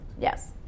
Yes